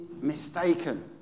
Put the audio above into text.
mistaken